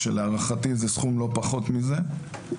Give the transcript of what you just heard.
שלהערכתי זה סכום לא פחות מזה.